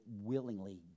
willingly